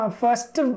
first